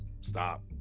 Stop